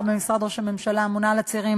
במשרד ראש הממשלה האמונה על הצעירים.